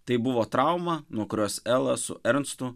tai buvo trauma nuo kurios ela su ernstu